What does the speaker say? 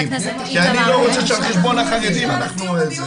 כי אני לא רוצה שעל חשבון החרדים אנחנו זה.